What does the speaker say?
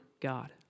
God